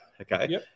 Okay